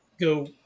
go